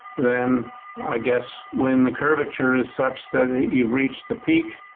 then i guess when the curvature is such that you've reached the peak,